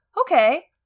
okay